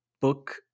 Book